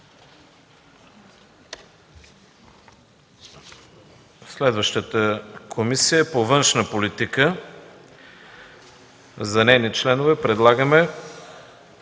Следващата комисия е Комисията по външна политика. За нейни членове предлагаме: